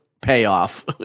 payoff